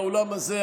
באולם הזה,